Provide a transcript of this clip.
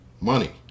money